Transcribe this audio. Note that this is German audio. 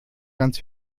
ganz